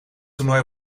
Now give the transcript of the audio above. toernooi